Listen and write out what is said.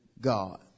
God